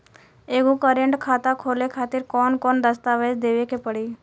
एगो करेंट खाता खोले खातिर कौन कौन दस्तावेज़ देवे के पड़ी?